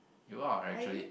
you are actually